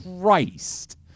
Christ